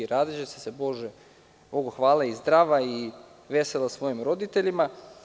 Rađaće se, Bogu hvala, i zdrava i vesela svojim roditeljima.